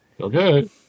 Okay